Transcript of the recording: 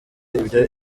ibyo